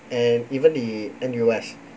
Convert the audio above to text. and even the N_U_S